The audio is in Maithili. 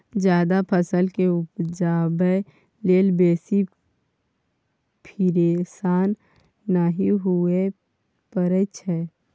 जायद फसल केँ उपजाबै लेल बेसी फिरेशान नहि हुअए परै छै